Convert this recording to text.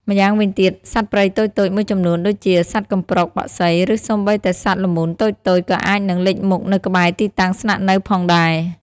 ម្យ៉ាងវិញទៀត សត្វព្រៃតូចៗមួយចំនួន ដូចជាសត្វកំប្រុក បក្សី ឬសូម្បីតែសត្វល្មូនតូចៗ ក៏អាចនឹងលេចមុខនៅក្បែរទីតាំងស្នាក់នៅផងដែរ។